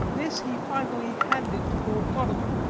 this he finally handed to lord godalming,